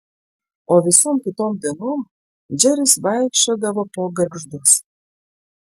o visom kitom dienom džeris vaikščiodavo po gargždus